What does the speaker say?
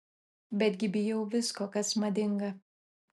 betgi bijau visko kas madinga